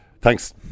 thanks